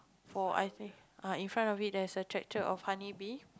for I think ah in front of it there's a tractor of honey bee